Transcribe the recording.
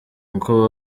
uko